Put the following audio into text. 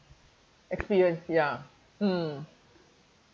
experience ya mm